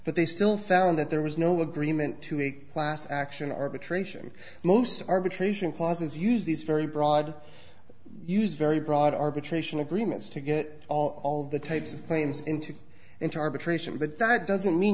but they still found that there was no agreement to a class action arbitration most arbitration clauses use these very broad use very broad arbitration agreements to get all of the types of claims into into arbitration but that doesn't mean